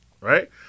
right